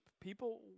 People